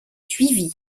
suivis